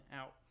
out